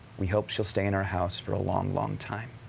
we hope she will stay in our house for a long long time.